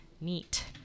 neat